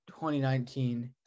2019